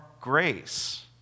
grace